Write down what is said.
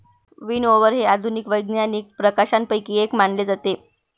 विनओवर हे आधुनिक वैज्ञानिक प्रकाशनांपैकी एक मानले जाते